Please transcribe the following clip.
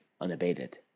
unabated